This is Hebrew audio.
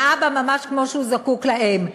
לאב ממש כמו שהוא זקוק לאם.